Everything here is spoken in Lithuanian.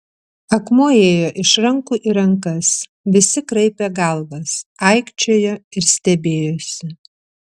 akmuo ėjo iš rankų į rankas visi kraipė galvas aikčiojo ir stebėjosi